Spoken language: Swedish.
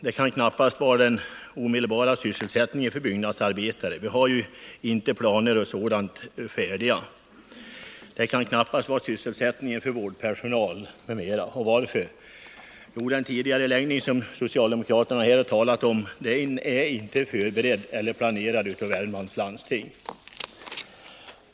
Det kan knappast vara den omedel bara sysselsättningen för byggnadsarbetare. Vi har ju inte planer m.m. färdiga. Det kan knappast vara sysselsättningen för vårdpersonal. Och varför? Jo, den tidigareläggning som socialdemokraterna talar om är inte förberedd eller planerad av Värmlands landsting.